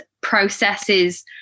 processes